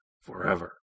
forever